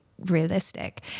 realistic